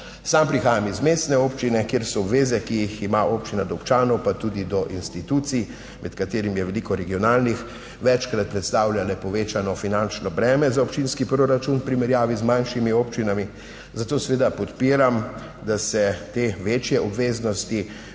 Sam prihajam iz mestne občine, kjer so obveze, ki jih ima občina do občanov, pa tudi do institucij, med katerimi je veliko regionalnih, večkrat predstavlja le povečano finančno breme za občinski proračun v primerjavi z manjšimi občinami, zato seveda podpiram, da se te večje obveznosti